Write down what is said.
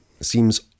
seems